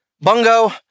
bungo